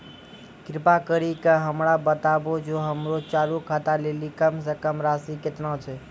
कृपा करि के हमरा बताबो जे हमरो चालू खाता लेली कम से कम राशि केतना छै?